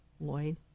Lloyd